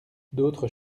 d’autres